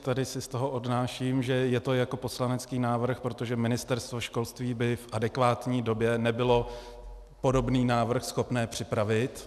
Tady si z toho odnáším, že je to jako poslanecký návrh, protože Ministerstvo školství by v adekvátní době nebylo podobný návrh schopné připravit.